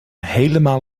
helemaal